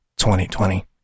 2020